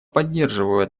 поддерживаю